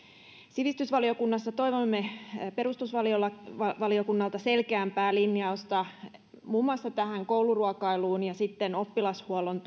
sivistysvaliokunnassa toivomme perustuslakivaliokunnalta selkeämpää linjausta muun muassa kouluruokailuun ja oppilashuollon